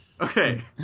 Okay